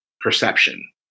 perception